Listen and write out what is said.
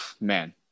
man